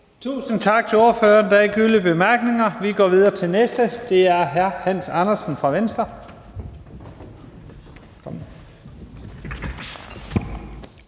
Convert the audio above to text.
Tusind tak til ordføreren. Der er ikke yderligere korte bemærkninger, og vi går videre til den næste. Det er hr. Hans Andersen fra Venstre.